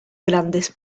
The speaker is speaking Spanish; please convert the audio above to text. grandes